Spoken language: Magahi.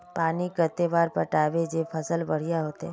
पानी कते बार पटाबे जे फसल बढ़िया होते?